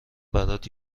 برات